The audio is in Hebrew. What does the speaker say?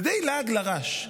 זה די לעג לרש.